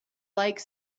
like